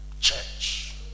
church